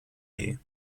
you